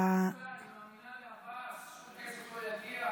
היא מאמינה לעבאס שהכסף לא יגיע,